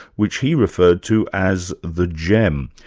which he referred to as the gem.